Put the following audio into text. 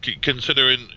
Considering